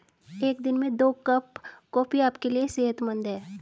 एक दिन में दो कप कॉफी आपके लिए सेहतमंद है